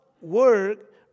work